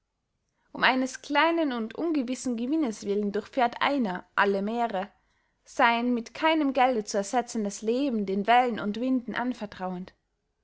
um eines kleinen und ungewissen gewinnes willen durchfährt einer alle meere sein mit keinem gelde zu ersetzendes leben den wellen und winden anvertrauend